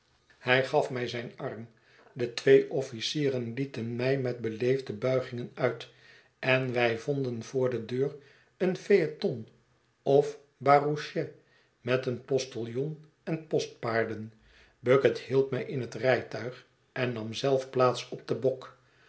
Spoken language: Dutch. hij gaf mij zijn arm de twee officieren lieten mij met beleefde buigingen uit en wij vonden voor de deur een phaëton of barouchet met een postiljon en postpaarden bucket hielp mij in het rijtuig en nam zelf plaats op den bok